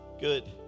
Good